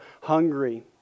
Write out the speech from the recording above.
hungry